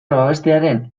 babestearen